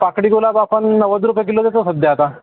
पाकळी गुलाब आपण नव्वद रुपये किलो देतो सध्या आता